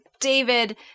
David